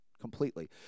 completely